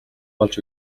олж